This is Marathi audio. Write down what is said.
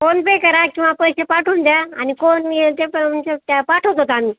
फोनपे करा किंवा पैसे पाठवून द्या आणि फोन मी ते प त्या पाठवतो आम्ही